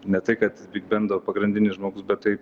ne tai kad bigbendo pagrindinis žmogus bet tai